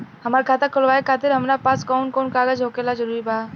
हमार खाता खोलवावे खातिर हमरा पास कऊन कऊन कागज होखल जरूरी बा?